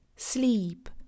sleep